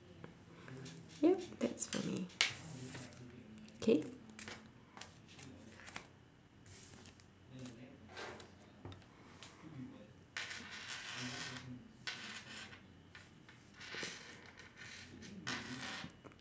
yup that's for me K